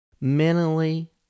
Mentally